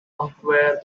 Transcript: conquer